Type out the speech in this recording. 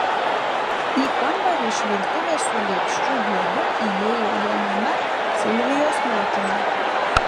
į kambarį iš virtuvės su lėkščių glėbiu įėjo janina silvijos motina